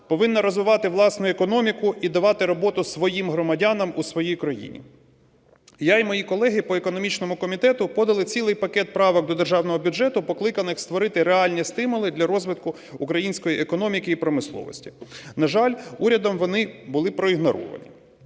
повинна розвивати власну економіку і давати роботу своїм громадянам у своїй країні. Я і мої колеги по економічному комітету подали цілий пакет правок до Державного бюджету, покликаних створити реальні стимули для розвитку української економіки і промисловості. На жаль, урядом вони були проігноровані.